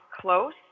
close